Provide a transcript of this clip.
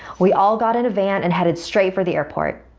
we all got in a van and headed straight for the airport.